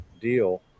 deal